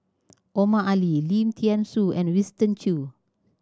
Omar Ali Lim Thean Soo and Winston Choo